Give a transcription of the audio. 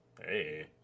hey